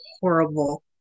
horrible